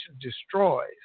destroys